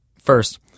First